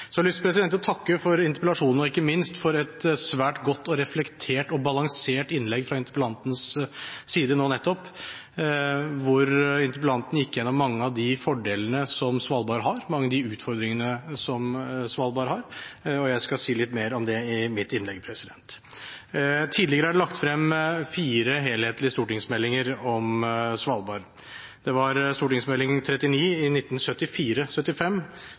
Jeg har lyst til å takke for interpellasjonen og ikke minst for et svært godt, reflektert og balansert innlegg fra interpellantens side nå nettopp. Interpellanten gikk igjennom mange av de fordelene og mange av de utfordringene som Svalbard har. Jeg skal si litt mer om det i mitt innlegg. Tidligere er det lagt frem fire helhetlige stortingsmeldinger om Svalbard: St. meld. nr. 39